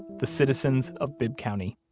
the citizens of bibb county.